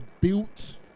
built